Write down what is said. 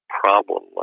problem